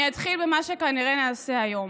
אני אתחיל במה שכנראה נעשה היום.